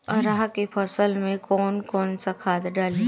अरहा के फसल में कौन कौनसा खाद डाली?